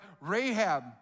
Rahab